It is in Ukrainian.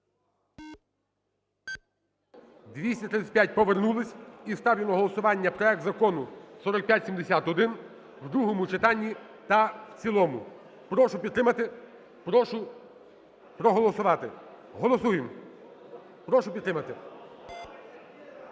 За-235 Повернулися. І ставлю на голосування проект Закону 4571 у другому читанні та в цілому. Прошу підтримати, прошу проголосувати. Голосуємо! Прошу підтримати.